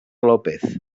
lópez